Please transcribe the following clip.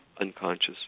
unconscious